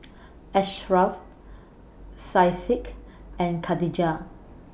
Asharaff Syafiqah and Khatijah